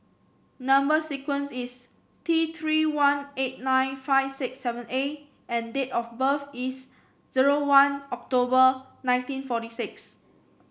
number sequence is T Three one eight nine five six seven A and date of birth is zero one October nineteen forty six